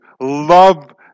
love